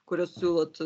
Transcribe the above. kuriuos siūlot